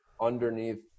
underneath